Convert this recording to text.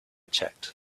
checked